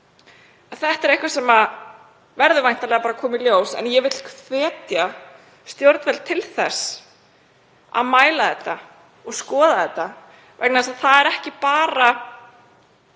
Þetta er eitthvað sem verður væntanlega bara að koma í ljós. En ég vil hvetja stjórnvöld til þess að mæla þetta og skoða þetta vegna þess að það er ekki bara